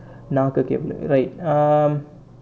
நாக்குக்கு எவ்வளே:naakuku evvalae right um